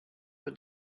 wird